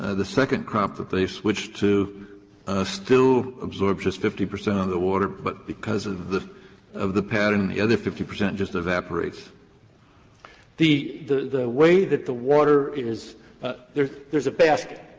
ah the second crop that they switch to still absorbs just fifty percent of the water but because of the of the pattern, the other fifty percent just evaporates? michael the the way that the water is ah there's there's a basket,